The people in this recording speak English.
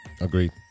Agreed